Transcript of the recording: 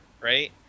right